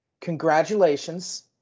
Congratulations